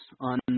on